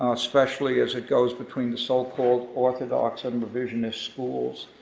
especially as it goes between the so-called orthodox and revisionist schools.